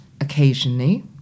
occasionally